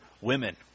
women